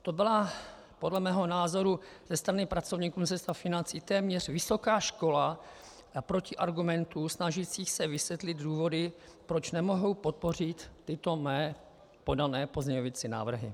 To byla podle mého názoru ze strany pracovníků Ministerstva financí téměř vysoká škola protiargumentů snažících se vysvětlit důvody, proč nemohou podpořit tyto mé podané pozměňující návrhy.